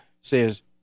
says